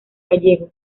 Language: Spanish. gallego